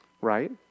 right